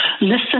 listen